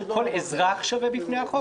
שכל אזרח שווה בפני החוק,